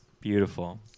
Beautiful